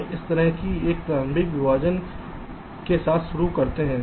हमें इस तरह के एक प्रारंभिक विभाजन के साथ शुरू करते हैं